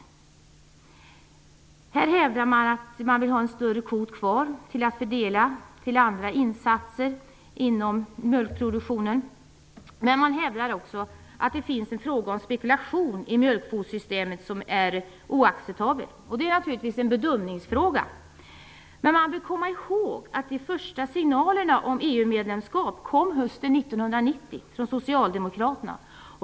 Regeringen hävdar att man vill ha en större kvot kvar att fördela till andra insatser inom mjölkproduktionen. Man hävdar också att det är fråga om spekulation i mjölkkvotsystemet och att det är oacceptabelt. Det är naturligtvis en bedömningsfråga. Man bör komma ihåg att de första signalerna om EU-medlemskap kom hösten 1990 från Socialdemokraterna.